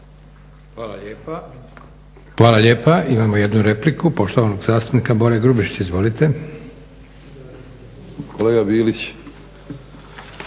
Hvala lijepa. Imamo jednu repliku, poštovanog zastupnika Bore Grubišića. Izvolite. **Grubišić,